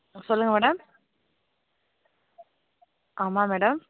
ஆ சொல்லுங்கள் மேடம் ஆமாம் மேடம்